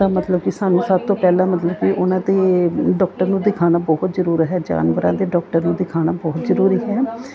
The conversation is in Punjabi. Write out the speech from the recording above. ਤਾਂ ਮਤਲਬ ਕਿ ਸਾਨੂੰ ਸਭ ਤੋਂ ਪਹਿਲਾਂ ਮਤਲਬ ਕਿ ਉਹਨਾਂ ਦੇ ਡਾਕਟਰ ਨੂੰ ਦਿਖਾਉਣਾ ਬਹੁਤ ਜ਼ਰੂਰੀ ਹੈ ਜਾਨਵਰਾਂ ਦੇ ਡਾਕਟਰ ਨੂੰ ਦਿਖਾਉਣਾ ਬਹੁਤ ਜ਼ਰੂਰੀ ਹੈ